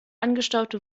angestaute